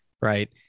right